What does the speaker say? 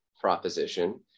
proposition